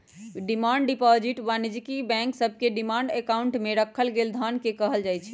demand deposit वाणिज्यिक bank सभके demand account में राखल गेल धन के कहल जाइ छै